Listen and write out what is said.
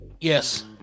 Yes